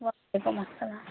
وعلیکُم اسلام